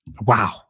wow